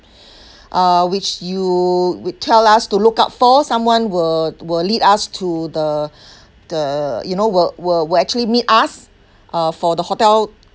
uh which you would tell us to look out for someone will will lead us to the the you know will will will actually meet us uh for the hotel